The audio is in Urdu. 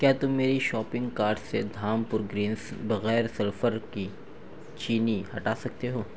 کیا تم میری شاپنگ کارٹ سے دھام پور گرینس بغیر سلفر کی چینی ہٹا سکتے ہو